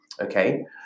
Okay